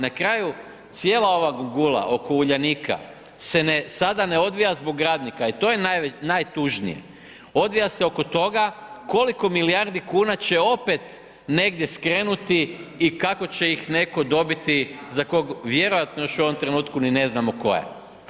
Na kraju cijela ova gugula oko Uljanika se sada ne odvija zbog radnika i to je najtužnije, odvija se oko toga, koliko milijardi kuna će opet negdje skrenuti i kako će ih netko dobiti, za kog vjerojatno u još u ovom trenutku ni ne znamo tko je.